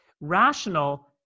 Rational